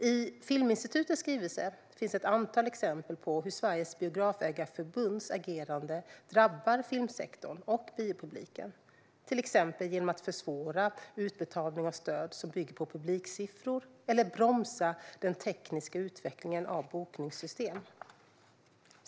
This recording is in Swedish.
I Filminstitutets skrivelse finns ett antal exempel på hur Sveriges Biografägareförbunds agerande drabbar filmsektorn och biopubliken, till exempel genom att försvåra utbetalning av stöd som bygger på publiksiffror eller bromsa den tekniska utvecklingen av bokningssystem.